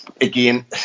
again